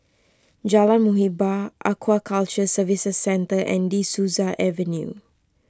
Jalan Muhibbah Aquaculture Services Centre and De Souza Avenue